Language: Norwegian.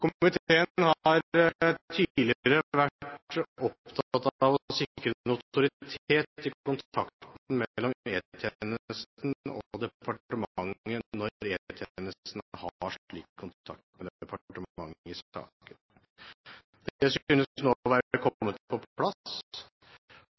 Komiteen har tidligere vært opptatt av å sikre notoritet i kontakten mellom E-tjenesten og departementet når E-tjenesten har slik kontakt med departementet i saken. Det synes nå å være